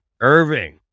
Irving